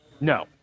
No